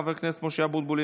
חבר הכנסת משה אבוטבול,